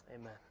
Amen